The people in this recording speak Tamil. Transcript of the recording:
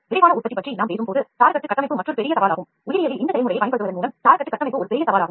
விரைவான உற்பத்தி பற்றி நாம் பேசும்போது உயிரியலில் scaffold கட்டமைப்பு மற்றொரு பெரிய சவாலாகும்